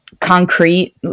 concrete